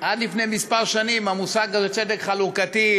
עד לפני כמה שנים המושג הזה, צדק חלוקתי,